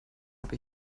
habe